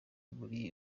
muri